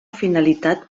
finalitat